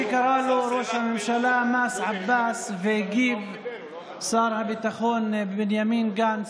מה שקרא לו ראש הממשלה "מס עבאס" והגיב שר הביטחון בנימין גנץ,